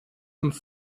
uns